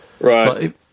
right